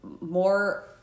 more